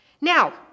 Now